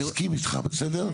אני מסכים איתך, בסדר?